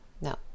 no